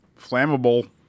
Flammable